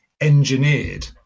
engineered